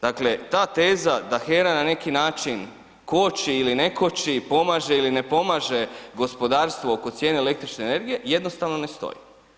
Dakle, ta teza da HERA na neki način koči ili ne koči, pomaže ili ne pomaže gospodarstvo oko cijene električne energije jednostavno ne stoji.